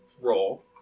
roll